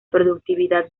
productividad